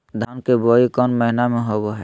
धान की बोई कौन महीना में होबो हाय?